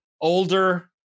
older